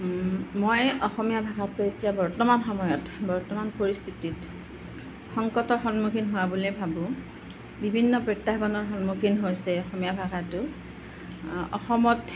মই অসমীয়া ভাষাটো এতিয়া বৰ্তমান সময়ত বৰ্তমান পৰিস্থিতিত সংকটৰ সন্মুখীন হোৱা বুলি ভাবোঁ বিভিন্ন প্ৰত্যাহ্বানৰ সন্মুখীন হৈছে অসমীয়া ভাষাটো অসমত